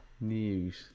news